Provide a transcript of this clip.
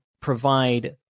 provide